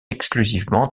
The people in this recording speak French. exclusivement